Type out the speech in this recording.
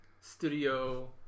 studio